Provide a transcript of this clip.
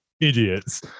idiots